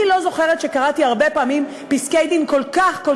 אני לא זוכרת שקראתי הרבה פעמים פסקי-דין כל כך כל